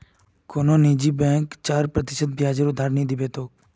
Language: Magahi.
कुनु निजी बैंक चार प्रतिशत ब्याजेर उधार नि दीबे तोक